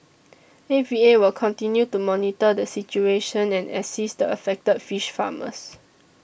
A V A will continue to monitor the situation and assist the affected fish farmers